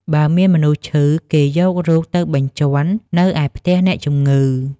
បើមានមនុស្សឈឺ គេយករូបទៅបញ្ជាន់នៅឯផ្ទះអ្នកជំងឺ ។